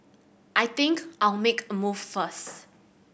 I think I'll make a move first